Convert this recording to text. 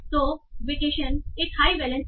तो वेकेशन एक high valence है